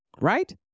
right